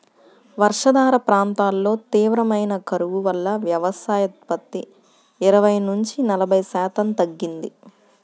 వర్షాధార ప్రాంతాల్లో తీవ్రమైన కరువు వల్ల వ్యవసాయోత్పత్తి ఇరవై నుంచి నలభై శాతం తగ్గింది